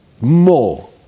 more